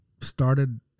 started